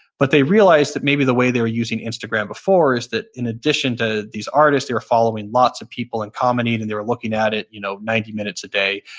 but they realize that maybe the way they're using instagram before is that in addition addition to these artists, they're following lots of people in comedy and they were looking at it you know ninety minutes a day.